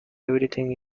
everything